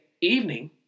evening